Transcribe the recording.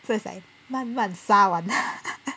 so it's like 慢慢杀完